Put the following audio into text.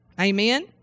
Amen